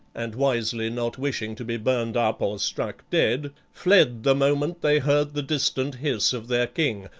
and wisely not wishing to be burned up or struck dead, fled the moment they heard the distant hiss of their king,